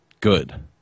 good